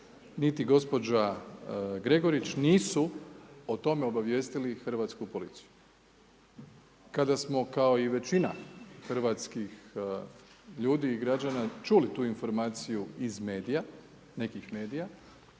niti gospođa Gregurić nisu o tome obavijestili hrvatsku policiju. Kada smo kao i većina hrvatskih ljudi i građana čuli tu informaciju iz medija, nekih medija,